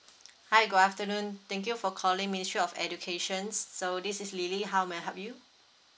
hi good afternoon thank you for calling ministry of educations so this is lily how may I help you